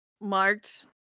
marked